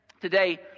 today